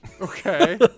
Okay